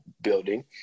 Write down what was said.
building